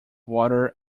water